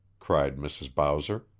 cried mrs. bowser,